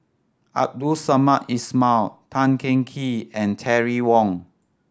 Abdul Samad Ismail Tan Teng Kee and Terry Wong